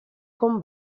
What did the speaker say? con